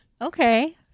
Okay